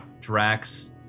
Drax